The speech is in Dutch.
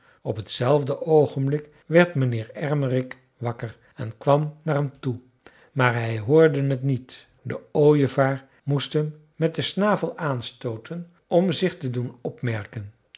op hetzelfde oogenblik werd mijnheer ermerik wakker en kwam naar hem toe maar hij hoorde het niet de ooievaar moest hem met den snavel aanstooten om zich te doen opmerken